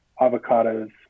avocados